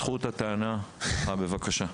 זכות הטענה שלך, בבקשה.